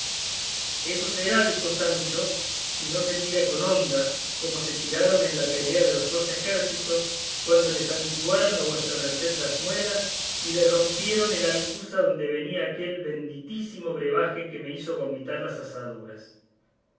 eso será dijo sancho si no se tira con honda como se tiraron en la pelea de los dos ejércitos cuando le santiguaron a vuestra merced las muelas y le rompieron el alcuza donde venía aquel benditísimo brebaje que me hizo vomitar las asaduras